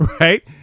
right